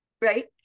Right